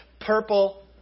purple